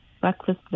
breakfast